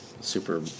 super